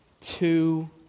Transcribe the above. two